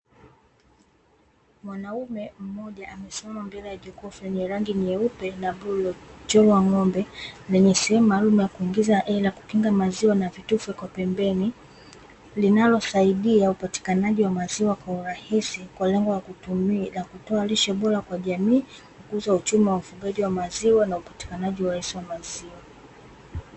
Mwanaume mmoja amesimama mbele ya jokofu lenye rangi nyeupe na bluu lenye mchoro wa ng'ombe, lenye sehemu maalumu ya kuingiza hela, kukinga maziwa na vitufe kwa pembeni linalosaidia upatikanajinwa maziwa kwa urahisi kwa lengo la kutoa lishe bora kwa jamii, kukuza uchumi wa wafugaji wa maziwa na upatikanaji rahisi wa maziwa.